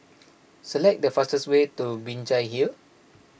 select the fastest way to Binjai Hill